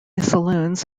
saloons